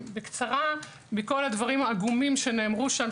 מכל הדברים העגומים שנאמרו שם,